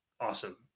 awesome